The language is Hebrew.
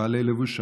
כבעלי לבוש שחור,